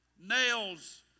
Nails